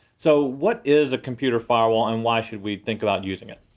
so what is a computer firewall and why should we think about using it?